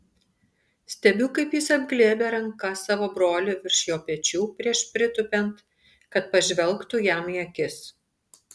stebiu kaip jis apglėbia ranka savo brolį virš jo pečių prieš pritūpiant kad pažvelgtų jam į akis